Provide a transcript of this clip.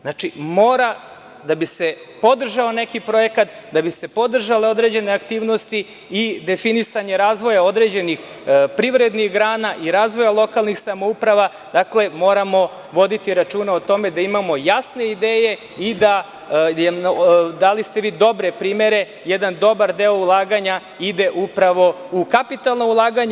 Znači, da bi se podržao neki projekat, da bi se podržale određene aktivnosti i definisanje razvoja određenih privrednih grana i razvoja lokalnih samouprava moramo voditi računa o tome da imamo jasne ideje i, dali ste vi dobre primere, jedan dobar deo ulaganja ide upravo u kapitalna ulaganja.